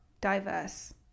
diverse